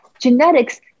genetics